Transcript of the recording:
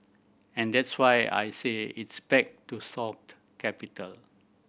and that's why I say it's back to soft capital